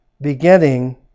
beginning